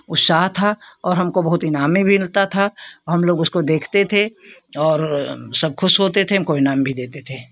उत्साह था और हमको बहुत इनाम में भी मिलता था और हम लोग उसको देखते थे और सब खुश होते थे हमको ईनाम भी देते थे